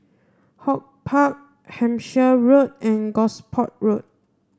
HortPark Hampshire Road and Gosport Road